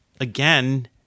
Again